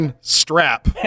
Strap